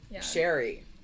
Sherry